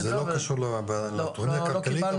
זה לא קשור לתכנית הכלכלית,